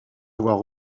avoir